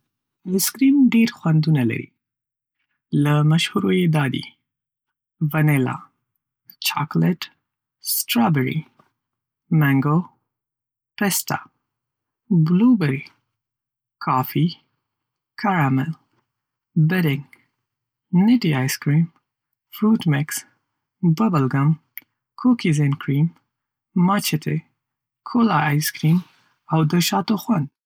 ایسکریم ډېر خوندونه لري. له مشهورو یې دا دي: وانیلا، چاکلیټ، سټرابیري، منګو، پیستا، بلو بيري، کافی، کارمیل، بډینګ، نټی ایسکریم، فروټ مکس، ببلګم، کوکيز اینډ کریم، ماچټي، کولا ایسکریم، او د شاتو خوند.